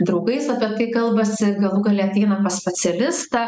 draugais apie tai kalbasi galų gale ateina pas specialistą